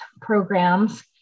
programs